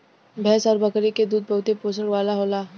भैंस आउर बकरी के दूध बहुते पोषण वाला होला